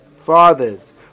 fathers